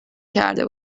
کرده